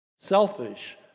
Selfish